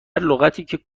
لغتی